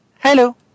Hello